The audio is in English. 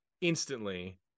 instantly